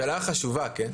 שאלה חשובה, כן.